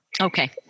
Okay